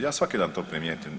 Ja svaki dan to primijetim.